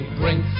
bring